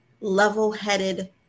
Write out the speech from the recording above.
level-headed